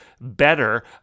better